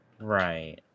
right